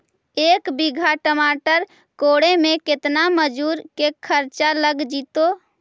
एक बिघा टमाटर कोड़े मे केतना मजुर के खर्चा लग जितै?